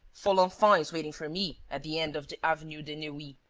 folenfant is waiting for me at the end of the avenue de neuilly.